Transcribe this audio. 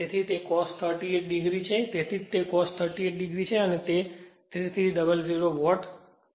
તેથી તે cos 38 o છે તેથી જ તે cos 38 o છે તે 3300 વોટ છે